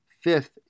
fifth